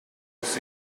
was